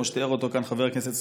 כמו שתיאר אותו כאן חבר כנסת סופר,